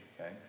okay